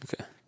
Okay